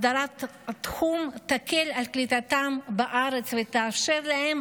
הסדרת התחום תקל את קליטתם בארץ ותאפשר להם